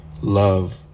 love